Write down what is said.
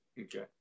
Okay